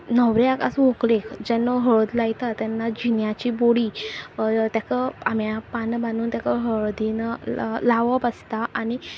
न्हवऱ्याक आसूं व्हंकलेक जेन्ना हळद लायतात तेन्ना जिन्याची बडी ताका आंब्या पान बांदून ताका हळदीन लावप आसता आनी